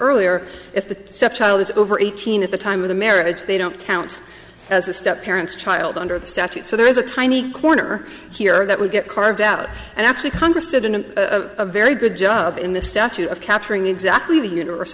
earlier if the stepchild is over eighteen at the time of the marriage they don't count as a step parents child under the statute so there is a tiny corner here that would get carved out and actually congress did a very good job in the statute of capturing exactly the univers